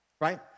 Right